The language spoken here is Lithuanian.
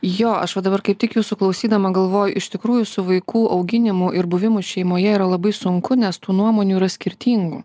jo aš va dabar kaip tik jūsų klausydama galvoju iš tikrųjų su vaikų auginimu ir buvimu šeimoje yra labai sunku nes tų nuomonių yra skirtingų